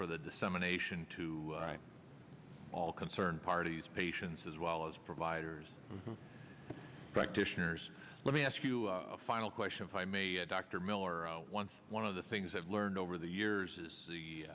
for the dissemination to all concerned parties patients as well as providers practitioners let me ask you a final question if i may dr miller once one of the things i've learned over the years is the